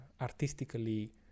artistically